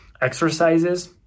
exercises